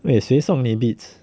wait 谁送你 beats